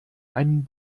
einen